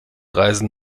reisen